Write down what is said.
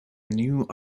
new